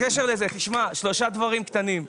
שלושה דברים קטנים.